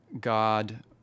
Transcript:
God